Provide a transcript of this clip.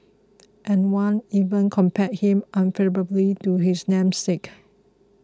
and one even compared him unfavourably to his namesake